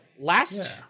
last